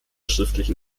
schriftlichen